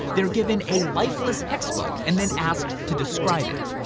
they're given a lifeless hexbug and then asked to describe it.